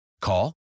Call